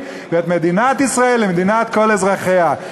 ואת מדינת ישראל למדינת כל אזרחיה.